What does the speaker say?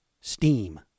steam